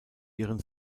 ihren